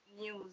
news